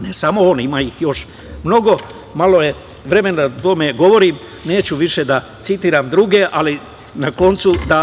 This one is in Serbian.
ne samo on, ima ih još mnogo. Malo je vremena da o tome govorim. Neću više da citiram druge, ali na koncu da